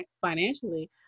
financially